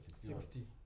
Sixty